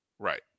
Right